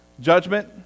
judgment